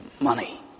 Money